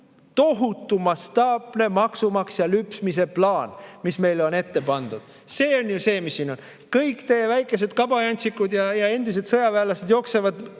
tohutu, mastaapne maksumaksja lüpsmise plaan, mis meile on ette pandud. See on ju see, mis siin on. Kõik teie väikesed kabajantsikud ja endised sõjaväelased jooksevad